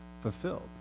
fulfilled